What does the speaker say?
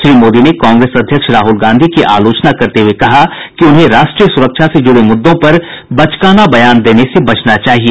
श्री मोदी ने कांग्रेस अध्यक्ष राहुल गांधी की आलोचना करते हुए कहा कि उन्हें राष्ट्रीय सुरक्षा से जुड़े मुददों पर बचकाना बयान देने से बचना चाहिए